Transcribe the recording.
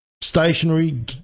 Stationary